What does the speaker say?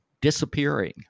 disappearing